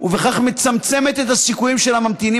ובכך מצמצמת את הסיכויים של הממתינים